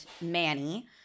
Manny